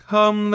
Come